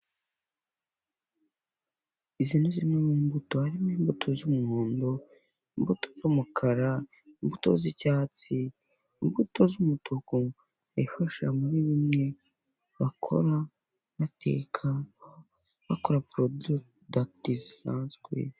Izi ni zimwe mu mbuto; harimo imbuto z'umuhondo, imbuto z'umukara, imbuto z'icyatsi, imbuto z'umutuku, ifasha muri bimwe bakora, bateka, bakora porodakiti zisanzwe.